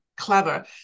clever